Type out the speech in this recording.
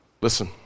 Listen